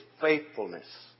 faithfulness